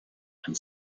and